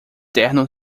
terno